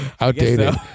outdated